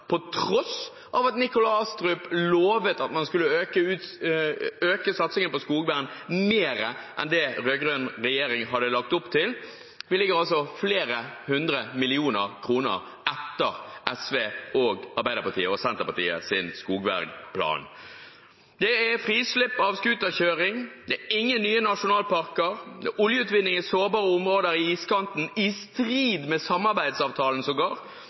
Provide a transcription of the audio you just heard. på tross av at Nikolai Astrup lovet at man skulle øke satsingen på skogvern mer enn det den rød-grønne regjeringen hadde lagt opp til. Vi ligger altså flere hundre millioner kroner etter SVs, Arbeiderpartiets og Senterpartiets skogvernplan. Det er frislipp av skuterkjøring, det er ingen nye nasjonalparker, det er oljeutvinning i sårbare områder i iskanten – i strid med samarbeidsavtalen, sågar